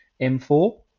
M4